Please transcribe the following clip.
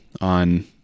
on